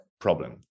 problem